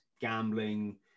gambling